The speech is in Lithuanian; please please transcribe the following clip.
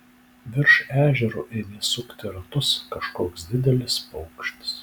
virš ežero ėmė sukti ratus kažkoks didelis paukštis